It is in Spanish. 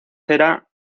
cera